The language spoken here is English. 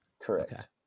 Correct